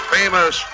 famous